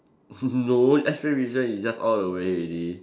no X-ray vision is just all the way already